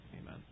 Amen